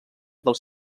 dels